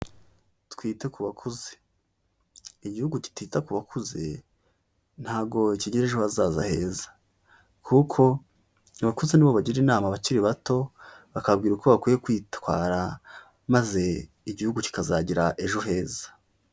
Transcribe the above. Twite ku bakuze. Igihugu kitita ku bakuze ntabwo kigira ejo hazaza heza, kuko abakuze ni bo bagira inama abakiri bato, bakababwira uko bakwiye kwitwara maze igihugu kikazagira ejo heza.